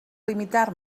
limitar